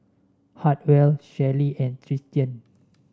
Hartwell Shelly and Tristian